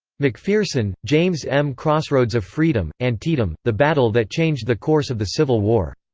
mcpherson, james m. crossroads of freedom antietam, the battle that changed the course of the civil war.